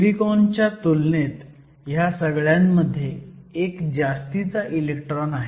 सिलिकॉनच्या तुलनेत ह्या सगळ्यांमध्ये एक जास्तीचा इलेक्ट्रॉन आहे